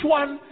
one